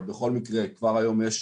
אבל בכל מקרה כבר היום יש